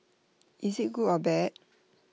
is IT good or bad